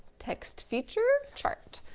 text feature chart.